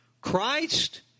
Christ